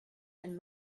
and